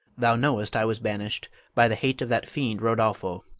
thou knowest i was banished by the hate of that fiend rodolpho.